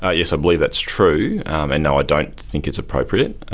ah yes, i believe that's true, and no i don't think it's appropriate.